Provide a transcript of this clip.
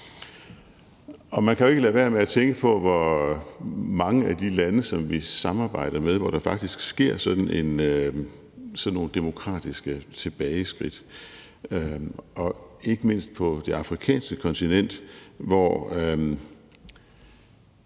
Og man kan jo ikke lade være med at tænke på, at der i mange af de lande, som vi samarbejder med, faktisk sker sådan nogle demokratiske tilbageskridt, ikke mindst på det afrikanske kontinent og